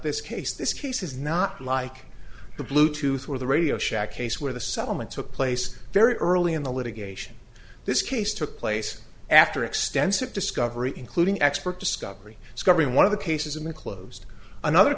this case this case is not like the bluetooth or the radio shack case where the settlement took place very early in the litigation this case took place after extensive discovery including expert discovery discovery one of the cases in a closed another